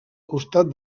costat